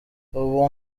ubu